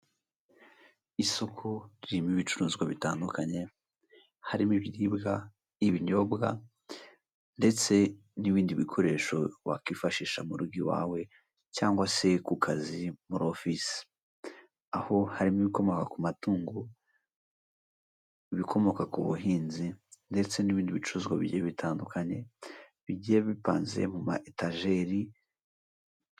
Isoko ririmo ibicuruzwa bitandukanye harimo ibiribwa, ibinyobwa ndetse n'ibindi bikoresho wakwifashisha mu rugo iwawe cyangwa se ku kazi muri ofisi, aho harimo ibikomoka ku matungo, ibikomoka ku buhinzi ndetse n'ibindi bicuruzwa bigiye bitandukanye bigiye bipanze mu ma etajeri.